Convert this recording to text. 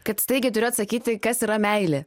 kad staigiai turiu atsakyti kas yra meilė